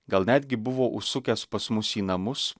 gal netgi buvo užsukęs pas mus į namus